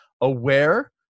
aware